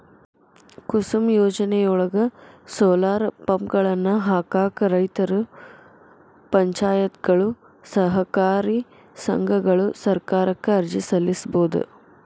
ಕುಸುಮ್ ಯೋಜನೆಯೊಳಗ, ಸೋಲಾರ್ ಪಂಪ್ಗಳನ್ನ ಹಾಕಾಕ ರೈತರು, ಪಂಚಾಯತ್ಗಳು, ಸಹಕಾರಿ ಸಂಘಗಳು ಸರ್ಕಾರಕ್ಕ ಅರ್ಜಿ ಸಲ್ಲಿಸಬೋದು